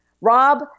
Rob